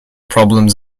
problems